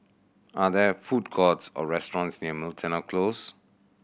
are there food courts or restaurants near Miltonia Close